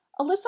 Alyssa